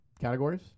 Categories